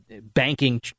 banking